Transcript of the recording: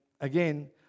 again